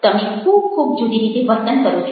તમે ખૂબ ખૂબ જુદી રીતે વર્તન કરો છો